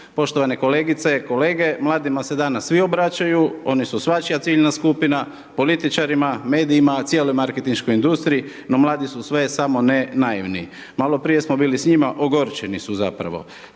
Poštovane kolegice, kolege, mladima se danas svi obraćaju, oni su svačija ciljna skupina, političarima, medijima, cijeloj marketinškoj industriji, no mladi su sve samo ne naivni. Maloprije smo bili s njima, ogorčeni su zapravo.